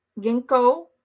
ginkgo